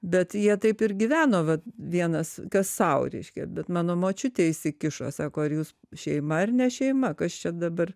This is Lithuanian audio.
bet jie taip ir gyveno va vienas kas sau reiškia bet mano močiutė įsikišo sako ar jūs šeima ar ne šeima kas čia dabar